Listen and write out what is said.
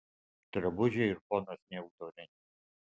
drabužiai ir fonas neautoriniai